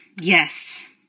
Yes